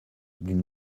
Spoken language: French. d’une